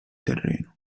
terreno